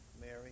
Mary